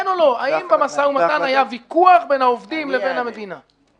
האם במשא ומתן היה ויכוח בין העובדים לבין המדינה כן או לא.